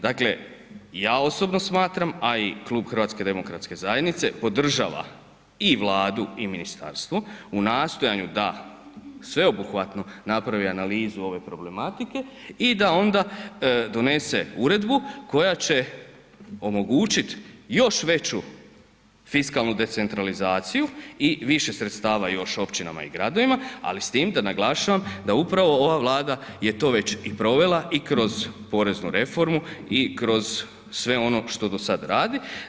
Dakle, ja osobno smatram, a i Klub HDZ-a podržava i Vladu i ministarstvo u nastojanju da sveobuhvatno napravi analizu ove problematike i da onda donese uredbu koja će omogućit još veću fiskalnu decentralizaciju i više sredstava još općinama i gradovima, ali s tim da naglašavam da upravo ova Vlada je to već i provela i kroz poreznu reformu i kroz sve ono što do sad radi.